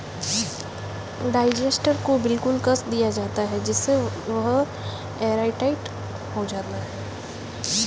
digester को बिल्कुल कस दिया जाता है जिससे वह एयरटाइट हो जाता है